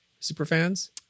Superfans